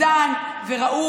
העיקר שאנחנו רגועים.